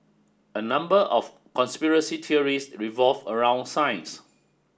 a number of conspiracy theories revolve around science